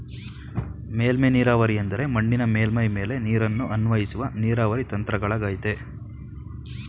ಮೇಲ್ಮೈ ನೀರಾವರಿ ಎಂದರೆ ಮಣ್ಣಿನ ಮೇಲ್ಮೈ ಮೇಲೆ ನೀರನ್ನು ಅನ್ವಯಿಸುವ ನೀರಾವರಿ ತಂತ್ರಗಳಗಯ್ತೆ